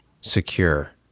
secure